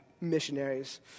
missionaries